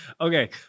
okay